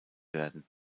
werden